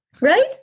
Right